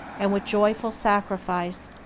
and with joyful sacrifice,